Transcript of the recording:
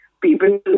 People